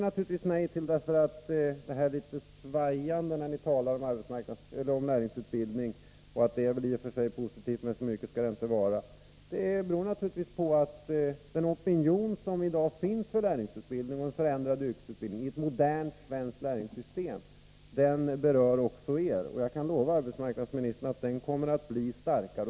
Ni talar litet svajande om lärlingsutbildning och menar att det i och för sig är positivt men att det inte skall vara för mycket. Den opinion som i dag finns för lärlingsutbildning och en förändrad yrkesutbildning i ett modernt svenskt utbildningssystem berör också er. Jag kan lova arbetsmarknadsministern att den opinionen kommer att bli starkare.